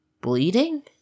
bleeding